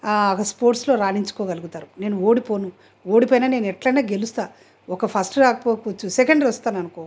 ఆ స్పోర్ట్స్లో రాణించుకోగలుగుతారు నేను ఓడిపోను ఓడిపోయిన నేను ఎట్లన్నా గెలుస్తాను ఒక ఫస్ట్ రాకపోవచ్చు సెకండరీ వస్తాను అనుకో